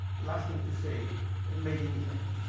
last thing to say made in italy,